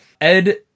Ed